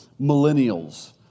millennials